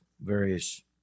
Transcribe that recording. various